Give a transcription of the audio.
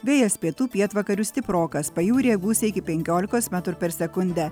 vėjas pietų pietvakarių stiprokas pajūryje gūsiai iki penkiolikos metrų per sekundę